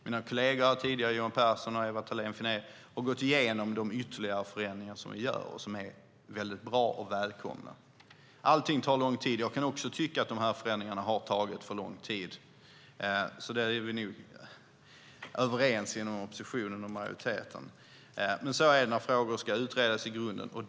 Mina kolleger Johan Pehrson och Ewa Thalén Finné gick igenom de ytterligare förändringar vi gör, och de är bra och välkomna. Allt tar lång tid. Jag kan också tycka att dessa förändringar har tagit för lång tid. Här är vi nog överens inom oppositionen och majoriteten. Så är det dock när frågor ska utredas i grunden.